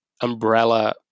umbrella